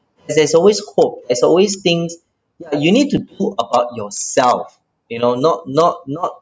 there's there's always hope there's always things ya you need to pull about yourself you know not not not